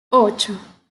ocho